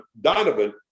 Donovan